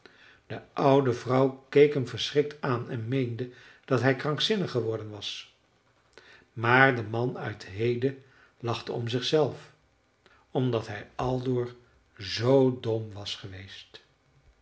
de oude vrouw keek hem verschrikt aan en meende dat hij krankzinnig geworden was maar de man uit hede lachte om zichzelf omdat hij aldoor zoo dom was geweest